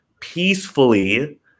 peacefully